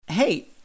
Hey